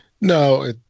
No